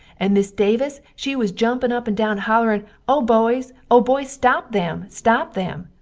and miss davis she was jumpin up and down hollerin o boys, o boys, stop them, stop them!